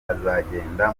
azagenda